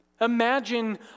Imagine